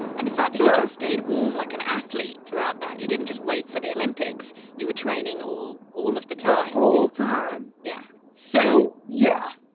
and the fact that you just stayed warm like an athlete throughout that. you didn't just wait for the olympics. you were training all, all of the time the whole time yeah so, yeah,